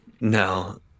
No